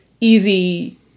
easy